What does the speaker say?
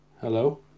Hello